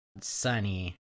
sunny